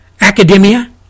academia